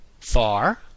far